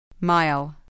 Mile